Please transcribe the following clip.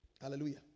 Hallelujah